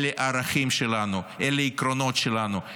אלה הערכים שלנו, אלה העקרונות שלנו.